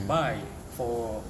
buy for